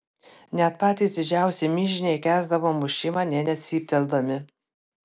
net patys didžiausi mižniai kęsdavo mušimą nė necypteldami